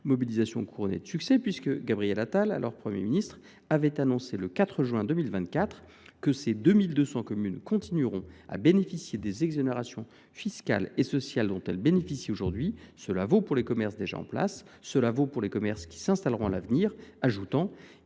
qui a été couronnée de succès : Gabriel Attal, alors Premier ministre, a ainsi annoncé le 4 juin 2024 que « ces 2 200 communes continueront […] à bénéficier des exonérations fiscales et sociales dont elles bénéficient actuellement. Cela vaut pour les commerces déjà en place comme pour les commerces qui s’installeront à l’avenir », ajoutant